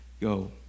go